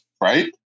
Right